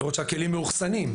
לראות שהכלים מאוחסנים.